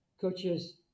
coaches